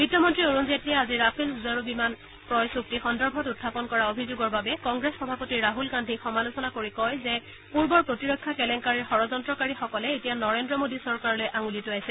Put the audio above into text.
বিত্ত মন্ত্ৰী অৰুণ জেটলীয়ে আজি ৰাফেল যুঁজাৰু বিমান ক্ৰয় চুক্তি সন্দৰ্ভত উখাপন কৰা অভিযোগৰ বাবে কংগ্ৰেছ সভাপতি ৰাহল গান্ধীক সমালোচনা কৰি কয় যে পূৰ্বৰ প্ৰতিৰক্ষা কেলেংকাৰিৰ ষড়যন্ত্ৰকাৰীসকলে এতিয়া নৰেন্দ্ৰ মোডী চৰকাৰলৈ আঙুলি টোৱাইছে